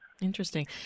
Interesting